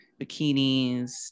bikinis